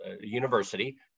university